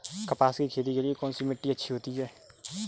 कपास की खेती के लिए कौन सी मिट्टी अच्छी होती है?